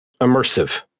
immersive